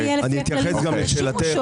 100,000 שקל חדשים?